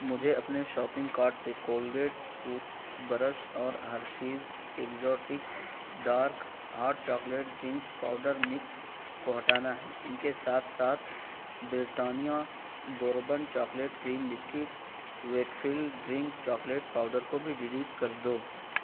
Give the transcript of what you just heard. مجھے اپنے shopping cart سے کولگیٹ ٹوتھ برش اور Hershey's exotic dark hot chocolate drink powder mix کو ہٹانا ہے ان کے ساتھ ساتھ Britannia bourbon chocolate cream biscuit Weikfield drink chocolate powder کو بھی ڈیلیٹ کر دو